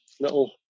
little